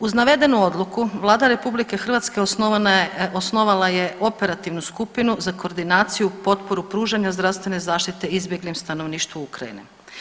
Uz navedenu odluku Vlada RH osnovana je, osnovala je operativnu skupinu za koordinaciju potporu pružanja zdravstvene zaštite izbjeglom stanovništvu Ukrajine.